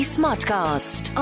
Smartcast